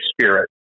Spirit